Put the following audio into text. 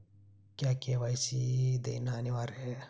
क्या के.वाई.सी देना अनिवार्य है?